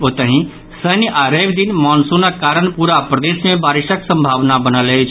ओतहि शनि आओर रवि दिन मॉनसूनक कारण पूरा प्रदेश मे बारिशक संभावना बनल अछि